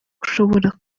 ushobora